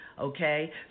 okay